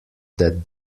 that